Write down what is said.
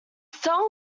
song